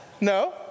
No